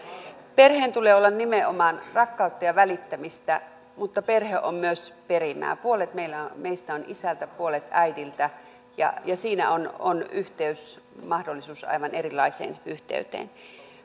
perheen tulee olla nimenomaan rakkautta ja välittämistä mutta perhe on myös perimää puolet meistä on isältä puolet äidiltä ja siinä on on mahdollisuus aivan erilaiseen yhteyteen